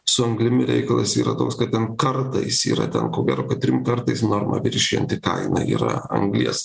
su anglimi reikalas yra toks kad ten kartais yra ten ko gero trim kartais normą viršijanti kaina yra anglies